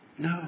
no